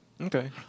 Okay